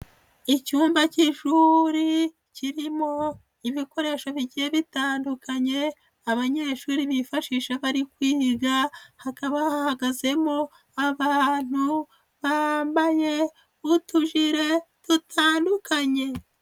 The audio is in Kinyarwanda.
Icyumba k'ishuri kirimo ibikoresho bigiye bitandukanye, abanyeshuri bifashisha bari kwiga, hakaba hahagazemo abantu bambaye utujire dutandukanye.